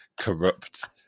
corrupt